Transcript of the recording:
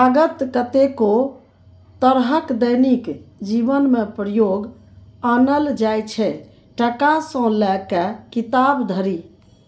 कागत कतेको तरहक दैनिक जीबनमे प्रयोग आनल जाइ छै टका सँ लए कए किताब धरि